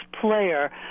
player